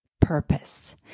purpose